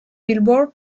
billboard